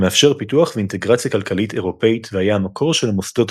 המאפשר פיתוח ואינטגרציה כלכלית אירופית והיה המקור של המוסדות